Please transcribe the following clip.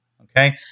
Okay